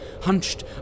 hunched